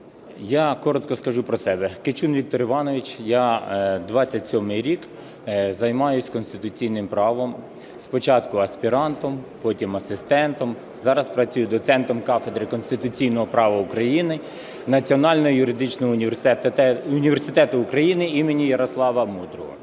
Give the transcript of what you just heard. Я коротко скажу про себе. Кичун Віктор Іванович, я 27-й рік займаюся конституційним правом: спочатку аспірантом, потім асистентом, зараз працюю доцентом кафедри конституційного права України Національного юридичного університету України імені Ярослава Мудрого.